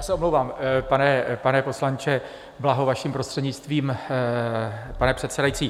Omlouvám se, pane poslanče Blaho, vaším prostřednictvím, pane předsedající.